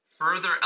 further